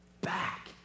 back